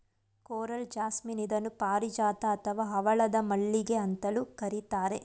coral jasmine ಇದನ್ನು ಪಾರಿಜಾತ ಅಥವಾ ಹವಳದ ಮಲ್ಲಿಗೆ ಅಂತಲೂ ಕರಿತಾರೆ